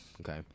Okay